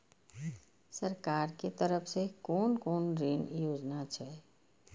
सरकार के तरफ से कोन कोन ऋण योजना छै?